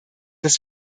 dass